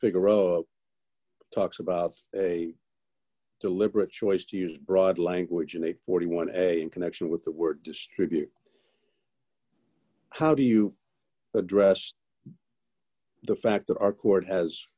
figaro talks about a deliberate choice to use broad language in a forty one in connection with the word distribute how do you address the fact that our court has